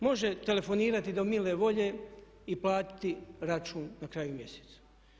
Može telefonirati do mile volje i platiti račun na kraju mjeseca.